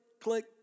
click